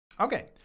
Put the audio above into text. Okay